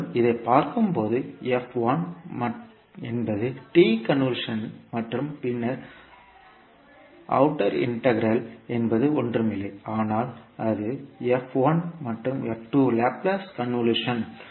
மேலும் இதைப் பார்க்கும்போது f1 என்பது t கன்வொல்யூஷன் மற்றும் பின்னர் அவுட்டர் இன்டெக்ரல் என்பது ஒன்றுமில்லை ஆனால் அது f1 மற்றும் f2 லாப்லேஸ் கன்வொல்யூஷன்